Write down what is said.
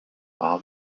all